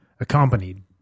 accompanied